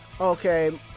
Okay